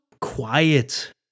quiet